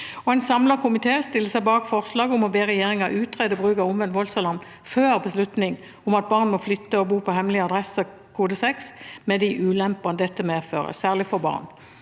av besøksforbud) 1271 seg bak forslaget om å be regjeringen utrede bruk av omvendt voldsalarm før beslutning om at barn må flytte og bo på hemmelig adresse/kode 6, med de ulempene dette medfører, særlig for barn.